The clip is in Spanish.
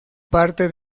parte